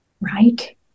Right